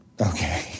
okay